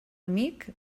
amic